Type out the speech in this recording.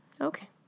Okay